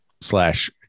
slash